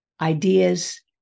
ideas